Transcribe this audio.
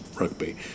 rugby